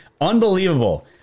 unbelievable